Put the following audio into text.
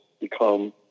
become